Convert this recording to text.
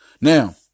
Now